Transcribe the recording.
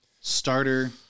starter